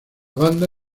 banda